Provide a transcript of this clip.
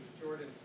Jordan